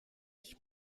ich